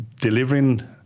delivering